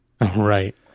Right